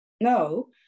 no